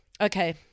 Okay